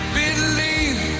believe